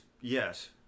Yes